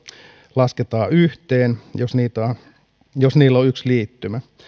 lasketaan yhteen jos niillä on yksi liittymä